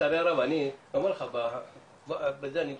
לצערי הרב, אני אומר ובזה אני מסיים,